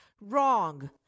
Wrong